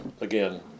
Again